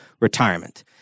retirement